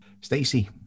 Stacey